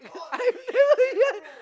I've never yeah